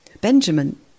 Benjamin